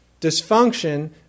dysfunction